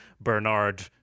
Bernard